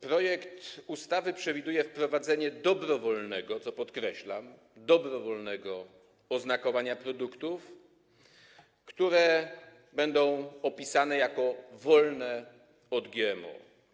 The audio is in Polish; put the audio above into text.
Projekt ustawy przewiduje wprowadzenie dobrowolnego, co podkreślam, oznakowania produktów, które będą opisane jako wolne od GMO.